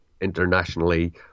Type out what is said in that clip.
internationally